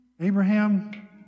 Abraham